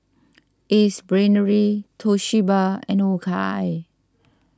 Ace Brainery Toshiba and O K I